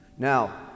Now